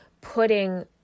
putting